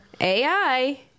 AI